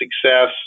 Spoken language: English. success